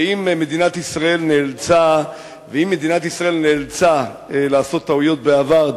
ואם מדינת ישראל נאלצה לעשות טעויות בעבר,